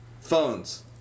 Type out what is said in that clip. phones